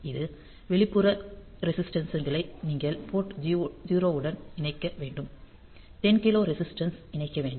இந்த வெளிப்புற ரெஸிஸ்டன்ஸ்களை நீங்கள் போர்ட் 0 உடன் இணைக்க வேண்டும் 10 கிலோ ரெஸிஸ்டன்ஸ்களை இணைக்க வேண்டும்